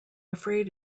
afraid